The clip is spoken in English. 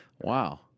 Wow